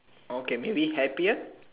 okay maybe happier